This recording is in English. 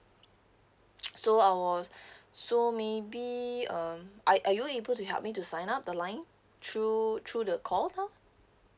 so I was so maybe um are are you able to help me to sign up the line through through the call now